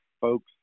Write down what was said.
folks